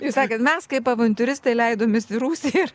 jūs sakėt mes kaip avantiūristai leidomės į rūsį ir